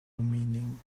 meaning